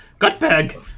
Gutbag